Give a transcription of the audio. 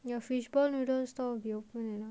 your fishball noodle stall will be open and all